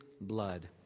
blood